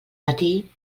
matí